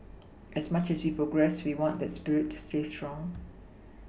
as much as we progress we want that spirit to stay strong